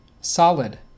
solid